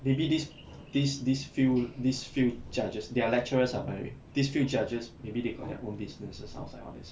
maybe these these these few these few judges they're lecturers ah by the way these few judges maybe they got their own businesses outside all this